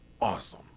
awesome